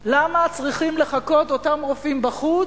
למה צריכים לחכות אותם רופאים בחוץ,